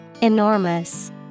Enormous